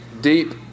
deep